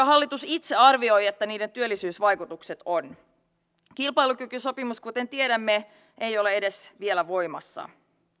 hallitus itse arvioi niiden työllisyysvaikutusten olevan kilpailukykysopimus kuten tiedämme ei ole vielä edes voimassa